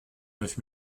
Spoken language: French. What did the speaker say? neuf